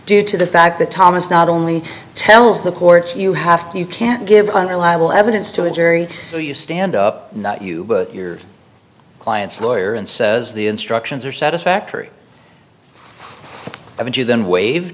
due to the fact that thomas not only tells the court you have to you can't give unreliable evidence to injury where you stand up not you but your client's lawyer and says the instructions are satisfactory i mean you then waved